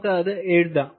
നമുക്ക് അത് എഴുതാം